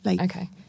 Okay